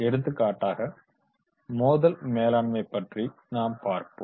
எடுத்துக்காட்டாக மோதல் மேலாண்மைப் பற்றி நாம் பார்ப்போம்